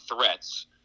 threats